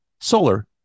Solar